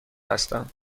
هستم